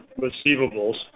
receivables